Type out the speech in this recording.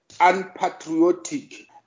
unpatriotic